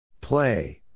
Play